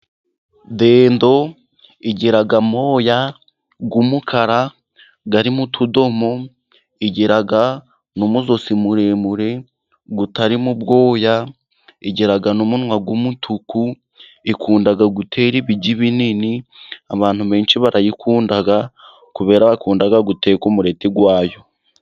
Dendo igira amoya y'umukara arimo utudomo, igira n'umujosi muremure utarimo ubwoya, igira n'umunwa w'umutuku. Ikunda gutera ibigi binini, abantu benshi barayikunda kubera bakunda guteka umureti wayo.